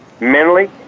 mentally